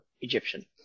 Egyptian